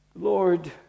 Lord